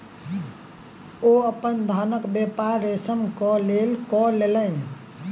ओ अपन धानक व्यापार रेशम के लेल कय लेलैन